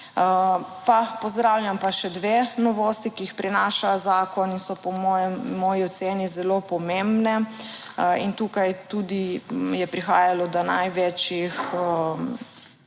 pozdravljam pa še dve novosti, ki jih prinaša zakon in so po moji oceni zelo pomembne, in tukaj tudi je prihajalo do največjih